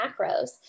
macros